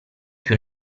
più